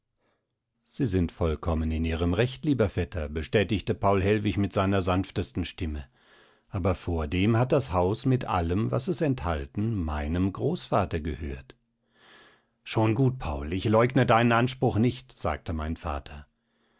sie sind vollkommen in ihrem recht lieber vetter bestätigte paul hellwig mit seiner sanftesten stimme aber vordem hat das haus mit allem was es enthalten meinem großvater gehört schon gut paul ich leugne deinen anspruch nicht sagte mein vater